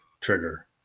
trigger